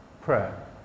prayer